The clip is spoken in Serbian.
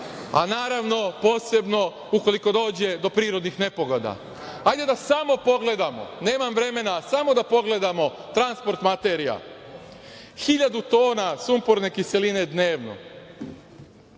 a naravno posebno ukoliko dođe do prirodnih nepogoda. Ajde da samo pogledamo, nemam vremena, samo da pogledamo transport materija. Hiljadu tona sumporne kiseline dnevno.